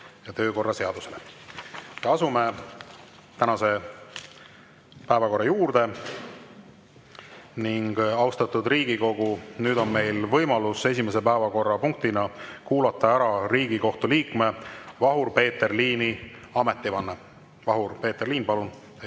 Riigikogu kõnetooli. Asume tänase päevakorra juurde. Austatud Riigikogu, nüüd on meil võimalus esimese päevakorrapunktina kuulata ära Riigikohtu liikme Vahur-Peeter Liini ametivanne. Vahur-Peeter Liin, palun